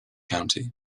county